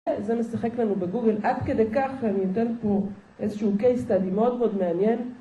זה משחק לנו בגוגל, עד כדי כך אני אתן פה איזשהו case study מאוד מאוד מעניין